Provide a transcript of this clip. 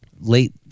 late